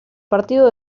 partido